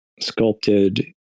sculpted